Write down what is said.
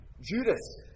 Judas